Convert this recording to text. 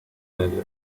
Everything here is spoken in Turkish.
nedir